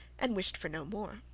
and wished for no more.